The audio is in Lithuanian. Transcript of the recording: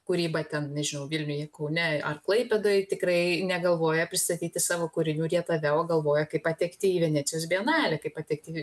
kūrybą ten nežinau vilniuj kaune ar klaipėdoj tikrai negalvoja pristatyti savo kūrinių rietave o galvoja kaip patekti į venecijos bienalę kaip patekti